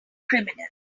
criminals